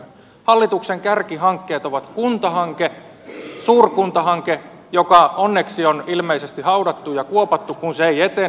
hallituksen kärkihankkeita on kuntahanke suurkuntahanke joka onneksi on ilmeisesti haudattu ja kuopattu kun se ei etene